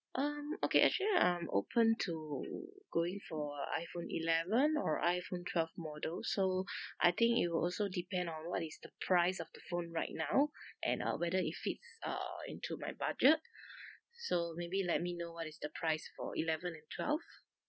um okay actually I'm open to going for iPhone eleven or iPhone twelve model so I think it will also depend on what is the price of the phone right now and uh whether it fits uh into my budget so maybe let me know what is the price for eleven and twelve